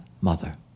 mother